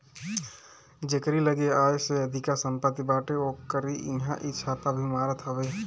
जेकरी लगे आय से अधिका सम्पत्ति बाटे ओकरी इहां इ छापा भी मारत हवे